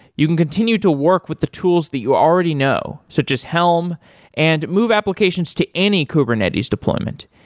you can continue to work with the tools that you already know, such as helm and move applications to any kubernetes deployment.